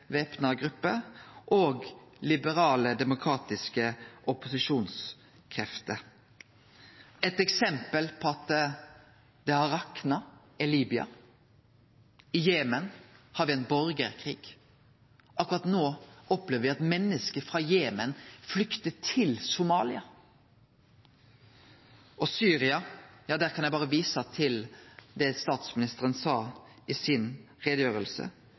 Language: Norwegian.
væpna grupper og liberale, demokratiske opposisjonskrefter. Eit eksempel på at det har rakna er Libya. I Jemen har me ein borgarkrig. Akkurat no opplever me at menneske frå Jemen flyktar til Somalia. Og når det gjeld Syria, kan eg berre vise til det som statsministeren sa i